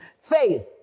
Faith